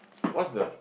what's the